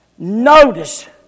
Notice